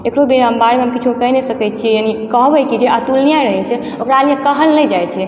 एकरो बारेमे हम किछो कहि नहि सकैत छियै यानी कहबै कि जे अतुलनीय रहै छै ओकरा लिए कहल नहि जाइ छै